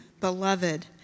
beloved